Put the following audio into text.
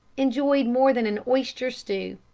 enjoyed more than an oyster stew,